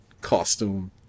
costume